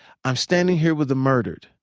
i'm standing here with the murdered.